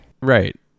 Right